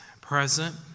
present